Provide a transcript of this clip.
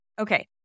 Okay